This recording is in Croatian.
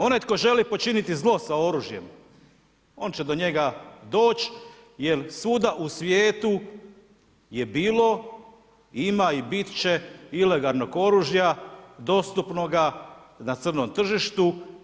Onaj tko želi počiniti zlo sa oružjem on će do njega doći jer svuda u svijetu je bilo, ima i bit će ilegalnog oružja dostupnoga na crnom tržištu.